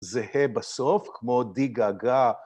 זהה בסוף כמו די גגא.